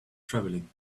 travelling